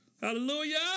Hallelujah